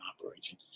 operation